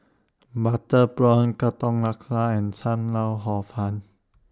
Butter Prawn Katong Laksa and SAM Lau Hor Fun